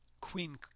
Queen